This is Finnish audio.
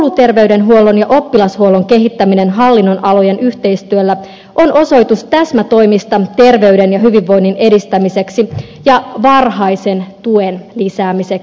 myös kouluterveydenhuollon ja oppilashuollon kehittäminen hallinnonalojen yhteistyöllä on osoitus täsmätoimista terveyden ja hyvinvoinnin edistämiseksi ja varhaisen tuen lisäämiseksi